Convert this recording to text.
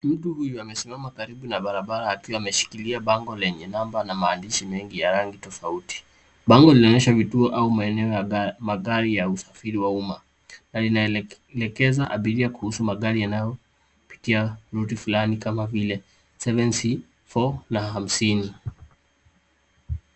Mtu huyu amesimama karibu na barabara akiwa ameshikilia bango lenye namba na maandishi mengi ya rangi tofauti. Bnago linaonyesha vituo au maeneo ya magari ya usafiri wa umma na linaelekeza abiria kuhusu magari yanayopitia route fulani kama vile seven C,four ,na hamsini.